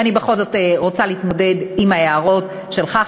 ואני בכל זאת רוצה להתמודד עם ההערות שלך,